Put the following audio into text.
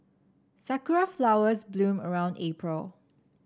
Sakura flowers bloom around April